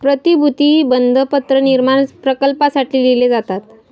प्रतिभूती बंधपत्र निर्माण प्रकल्पांसाठी लिहिले जातात